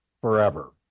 forever